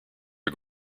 are